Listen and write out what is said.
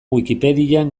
wikipedian